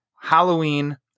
Halloween